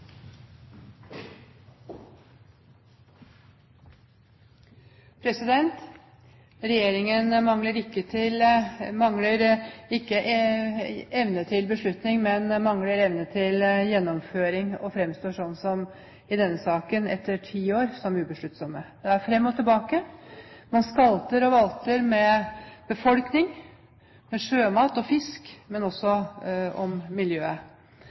heving. Regjeringen mangler ikke evne til beslutning, men mangler evne til gjennomføring og fremstår i denne saken, etter ti år, som ubesluttsom. Det er fram og tilbake, og man skalter og valter, ikke bare med befolkningen, men også med miljøet – med sjømat og fisk.